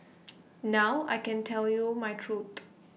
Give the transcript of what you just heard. now I can tell you my truth